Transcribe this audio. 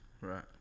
Right